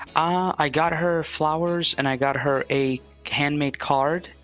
um i got her flowers and i got her a canmake card.